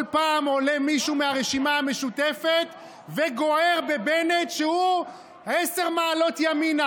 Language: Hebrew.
כל פעם עולה מישהו מהרשימה המשותפת וגוער בבנט שהוא עשר מעלות ימינה.